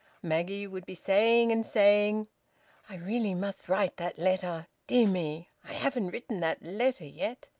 maggie would be saying and saying i really must write that letter. dear me! i haven't written that letter yet.